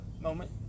moment